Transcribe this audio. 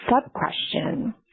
sub-question